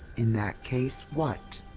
in that case what?